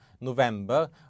November